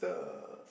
the